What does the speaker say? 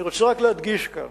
אני רוצה רק להדגיש כאן